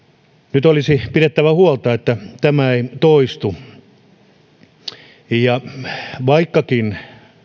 nyt olisi pidettävä huolta että tämä ei toistu vaikkakin